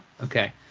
Okay